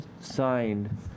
signed